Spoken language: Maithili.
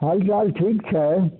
हाल चाल ठीक छै